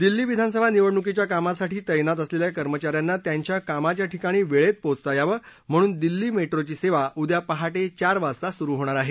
दिल्ली विधानसभा निवडणुकीच्या कामासाठी तैनात असलेल्या कर्मचाऱ्यांना त्यांच्या कामाच्या ठिकाणी वेळेत पोचता यावं म्हणून दिल्ली मेट्रोची सेवा उद्या पहाटे चार वाजता सुरू होणार आहे